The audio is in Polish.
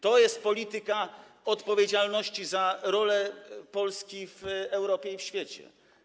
To jest polityka odpowiedzialności za rolę Polski w Europie i w świecie.